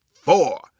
four